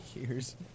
years